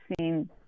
seen